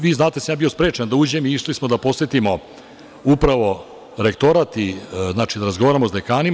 Vi znate da sam ja bio sprečen da uđem, a išli smo da posetimo upravo rektorat i da razgovaramo sa dekanima.